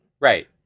Right